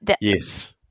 Yes